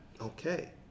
okay